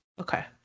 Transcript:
Okay